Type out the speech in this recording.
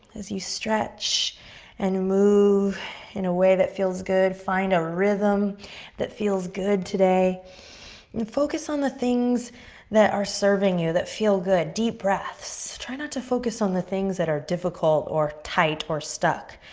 as you stretch and move in a way that feels good. find a rhythm that feels good today and focus on the things that are serving you that feel good. deep breaths. try not to focus on the things that are difficult, or tight, or stuck.